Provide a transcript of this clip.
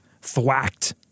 thwacked